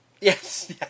Yes